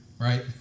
right